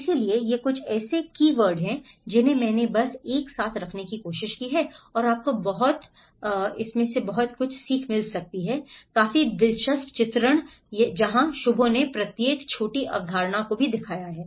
इसलिए ये कुछ ऐसे कीवर्ड हैं जिन्हें मैंने बस एक साथ रखने की कोशिश की है और आपको बहुत कुछ मिल सकता है दिलचस्प चित्रण चित्रण जहां शुभो ने प्रत्येक छोटी अवधारणा को दिखाया है